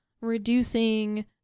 reducing